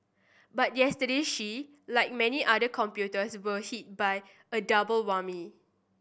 but yesterday she like many other computers were hit by a double whammy